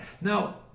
now